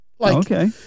Okay